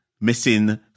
missing